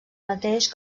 mateix